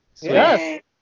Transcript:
Yes